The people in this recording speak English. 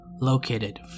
located